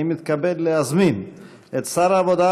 אני מתכבד להזמין את שר העבודה,